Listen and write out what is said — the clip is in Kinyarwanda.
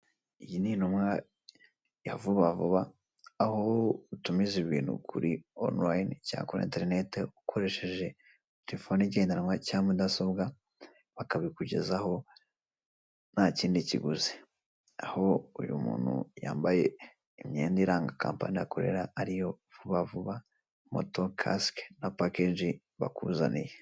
Iyi ni intumwa ya vubavuba aho utumiza ibintu kuri onorayini cyangwa kuri enterineti ukoresheje terefone igendanwa cyangwa mudasobwa bakabikugezaho ntakindi kiguzi. Aho uyu muntu yambaye imyenda iranga kampani akorera ariyo vubavuba moto, kasike na pakeji bakuzaniye.